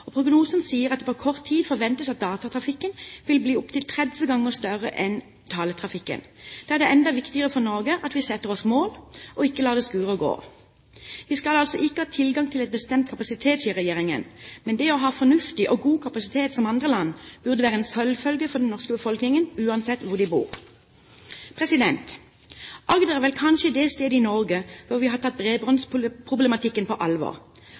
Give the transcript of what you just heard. og prognosen sier at det på kort tid forventes at datatrafikken vil bli opptil 30 ganger større enn taletrafikken. Da er det enda viktigere for Norge at vi setter oss mål, og ikke lar det skure og gå. Vi skal altså ikke ha tilgang til en bestemt kapasitet, sier regjeringen, men det å ha fornuftig og god kapasitet som andre land burde være en selvfølge for den norske befolkningen, uansett hvor man bor. Agder er vel kanskje det stedet i Norge som har tatt bredbåndsproblematikken på alvor.